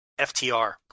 FTR